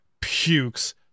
pukes